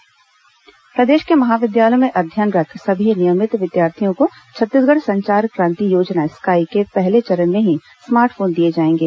संचार क्रांति योजना मुख्यमंत्री प्रदेश के महाविद्यालयों में अध्ययनरत् सभी नियमित विद्यार्थियों को छत्तीसगढ़ संचार क्रांति योजना स्काई के पहले चरण में ही स्मार्ट फोन दिए जाएंगे